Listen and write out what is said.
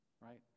right